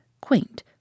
quaint